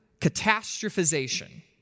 catastrophization